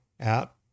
out